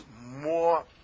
more